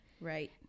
right